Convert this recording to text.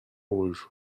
rouge